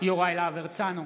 יוראי להב הרצנו,